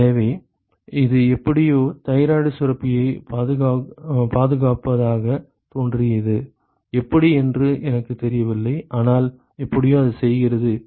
எனவே அது எப்படியோ தைராய்டு சுரப்பியைப் பாதுகாப்பதாகத் தோன்றியது எப்படி என்று எனக்குத் தெரியவில்லை ஆனால் எப்படியோ அது செய்கிறது